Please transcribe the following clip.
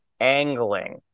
angling